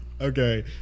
Okay